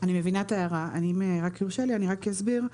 אני מבינה את ההערה, אם רק יורשה לי, אני אסביר: